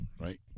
Right